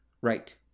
Right